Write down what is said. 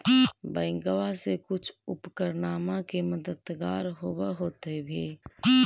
बैंकबा से कुछ उपकरणमा के मददगार होब होतै भी?